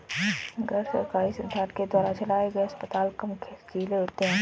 गैर सरकारी संस्थान के द्वारा चलाये गए अस्पताल कम ख़र्चीले होते हैं